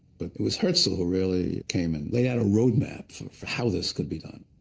but it was herzl who really came and lay out a road map for how this could be done.